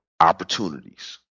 opportunities